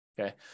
Okay